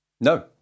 No